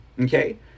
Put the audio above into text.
okay